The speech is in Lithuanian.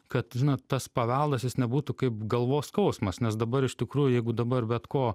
kad tas paveldas jis nebūtų kaip galvos skausmas nes dabar iš tikrųjų jeigu dabar bet ko